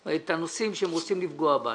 או את הנושאים בהם הם רוצים לפגוע בנו.